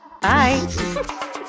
Bye